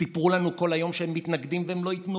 סיפרו לנו כל היום שהם מתנגדים והם לא ייתנו,